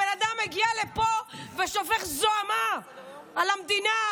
הבן אדם מגיע לפה ושופך זוהמה על המדינה,